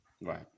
Right